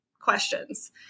questions